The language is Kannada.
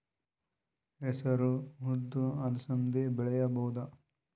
ಹೆಸರು ಉದ್ದು ಅಲಸಂದೆ ಬೆಳೆಯಬಹುದಾ?